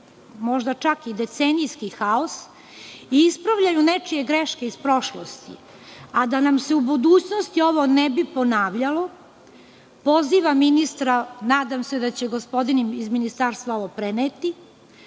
možda čak i decenijski haos i ispravljaju nečije greške iz prošlosti, a da nam se u budućnosti ovo ne bi ponavljalo, pozivam ministra, nadam se da će gospodin iz ministarstva ovo preneti,